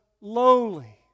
lowly